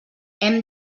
hem